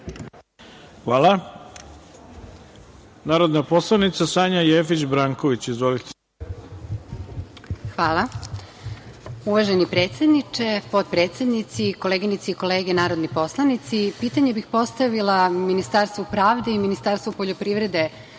ima narodna poslanica Sanja Jefić Branković. Izvolite. **Sanja Jefić Branković** Hvala. Uvaženi predsedniče, potpredsednici, koleginice i kolege narodni poslanici, pitanje bih postavila Ministarstvu pravde i Ministarstvu poljoprivrede,